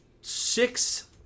six